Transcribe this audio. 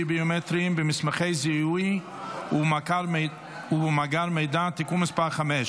ביומטריים במסמכי זיהוי ובמאגר מידע (תיקון מס' 5),